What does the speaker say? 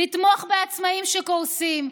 לתמוך בעצמאים שקורסים,